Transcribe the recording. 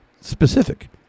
specific